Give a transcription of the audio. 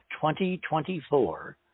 2024